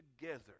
together